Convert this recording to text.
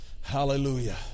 hallelujah